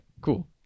cool